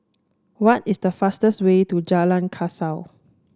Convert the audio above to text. what is the fastest way to Jalan Kasau